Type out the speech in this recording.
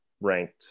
ranked